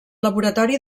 laboratori